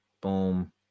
Boom